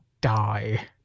die